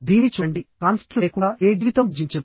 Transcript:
దీనిని చూడండి కాన్ఫ్లిక్ట్ లు లేకుండా ఏ జీవితం జీవించదు